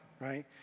right